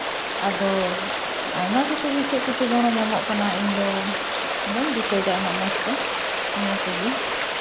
ᱟᱫᱚ ᱟᱭᱢᱟ ᱠᱤᱪᱷᱩ ᱜᱮ ᱪᱮᱫ ᱠᱚᱪᱚ ᱜᱚᱲᱚ ᱧᱟᱢᱚᱜ ᱠᱟᱱᱟ ᱤᱧᱫᱚ ᱵᱟᱹᱧ ᱫᱤᱥᱟᱹᱭᱫᱟ ᱩᱱᱟᱹᱜ ᱢᱚᱡᱽ ᱛᱮ ᱱᱤᱭᱟᱹ ᱠᱚᱜᱮ